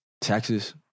Texas